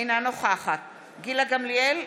אינה נוכחת גילה גמליאל,